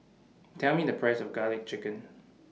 Tell Me The Price of Garlic Chicken